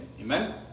Amen